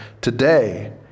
Today